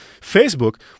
Facebook